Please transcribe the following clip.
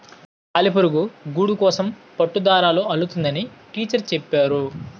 సాలిపురుగు గూడుకోసం పట్టుదారాలు అల్లుతుందని టీచరు చెప్పేరు